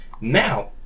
Now